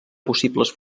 possibles